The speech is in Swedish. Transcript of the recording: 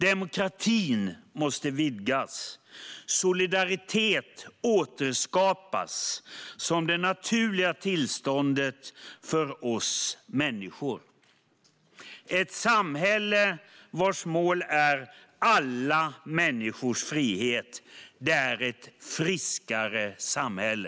Demokratin måste vidgas och solidaritet återskapas som det naturliga tillståndet för oss människor. Ett samhälle vars mål är alla människors frihet är ett friskare samhälle.